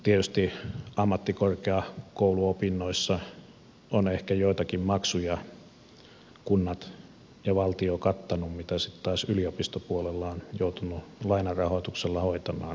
tietysti ammattikorkeakouluopinnoissa ovat ehkä joitakin maksuja kunnat ja valtio kattaneet mitä sitten taas yliopistopuolella on joutunut lainarahoituksella tai omilla rahoilla hoitamaan